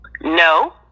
No